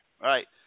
right